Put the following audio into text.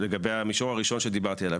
לגבי המישור הראשון שדיברתי עליו,